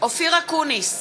אופיר אקוניס,